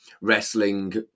wrestling